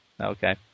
Okay